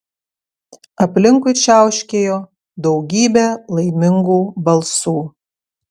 aplinkui čiauškėjo daugybė laimingų balsų